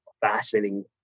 fascinating